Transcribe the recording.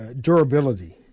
durability